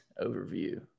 overview